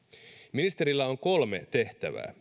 ministerillä on kolme tehtävää